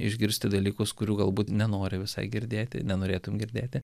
išgirsti dalykus kurių galbūt nenori visai girdėti nenorėtum girdėti